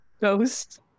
Ghost